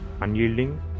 Unyielding